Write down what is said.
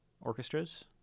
orchestras